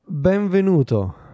Benvenuto